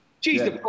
Jesus